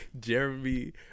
Jeremy